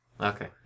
Okay